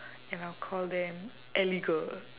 and I'll call them eleger